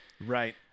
right